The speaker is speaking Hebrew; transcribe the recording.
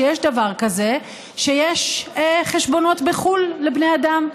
שיש דבר כזה שיש חשבונות בחו"ל לבני אדם?